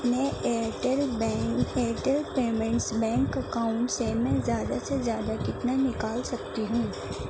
اپنے Airtel bank Airtel payments bank account سے میں زیادہ سے زیادہ کتنا نکال سکتی ہوں